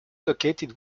located